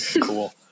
cool